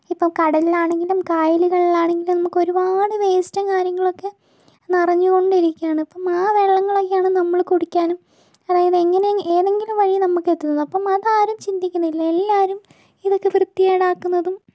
ഇപ്പോൾ കടലിലാണെങ്കിലും കായലുകളിലാണെങ്കിലും നമുക്കൊരുപാട് വേസ്റ്റും കാര്യങ്ങളൊക്കെ നിറഞ്ഞു കൊണ്ടിരിക്ക്യാണ് ഇപ്പം ആ വെള്ളങ്ങളൊക്കെയാണ് നമ്മള് കുടിക്കാനും അതായത് എങ്ങനെ ഏതെങ്കിലും വഴി നമുക്കെത്തുന്നത് അപ്പം അതാരും ചിന്തിക്കുന്നില്ല എല്ലാരും ഇതൊക്കെ വൃത്തി കേടാക്കുന്നതും